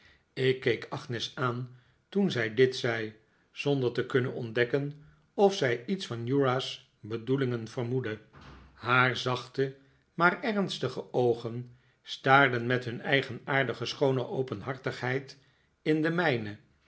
ik keek agnes aan toen zij dit zei zonder te kunnen ontdekken of zij iets van uriah's bedoelingen vermoedde haar zachte maar ernstige oogen staarden met him eigenaardige schoone openhartigheid in de mijne